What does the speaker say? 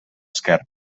esquerp